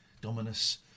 Dominus